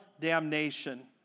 damnation